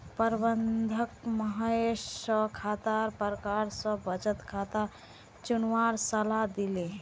प्रबंधक महेश स खातार प्रकार स बचत खाता चुनवार सलाह दिले